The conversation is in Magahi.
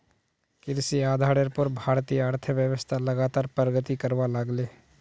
कृषि आधारेर पोर भारतीय अर्थ्वैव्स्था लगातार प्रगति करवा लागले